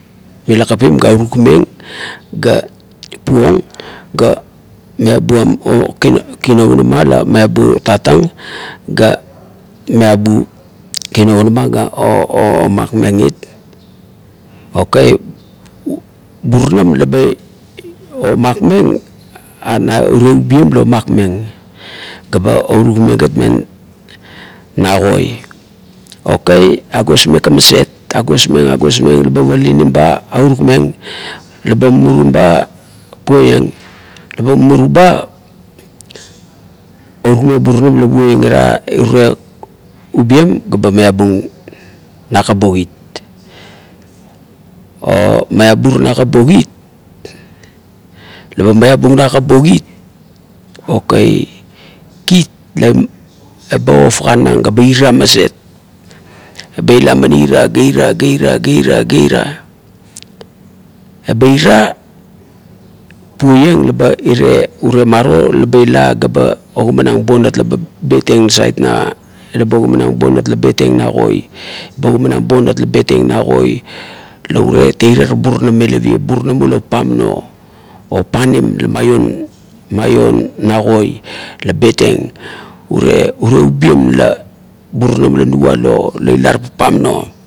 Mila kapim la akukmeng ga puong ga mubuan kinavunama la mabu tatang ga meabu kinavunama ga o makmeng it, okui buranam laba omakmeng ana urie ubien la omakmeng gaba urukmeng gat mena koi. Okei agosmeng ka maset, agosmeng agosmeng laba palanim ba, arukmeng laba mumurum ba puoieng la ba mumurum ba orukmeng burunam la puoieng ira ubien ga ba meabung nakap bo kit, o meabur nakap bo kit, leba ofaganang ga ira maset, ba ilanan iar ga ira ga ira ga ira uba ira puoieng la ba iria urie urie maro laba ila ga ogamanang bonat laba buteng nasait na, laba ogamanang bonat la betieng na koi, ba ogamanang bonat la betieng na koi, la urie tuirar burunam me luvie, burunam ula papamno opainim la maio na koi la betieng urie uro ubien la burunam lanuvala la ilara papamno.